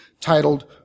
titled